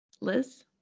Liz